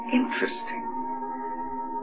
interesting